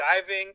diving